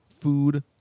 Food